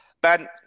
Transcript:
Ben